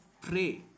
Pray